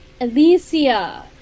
Alicia